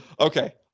Okay